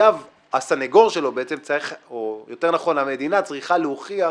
הסנגור שלו, או יותר נכון, המדינה, צריכה להוכיח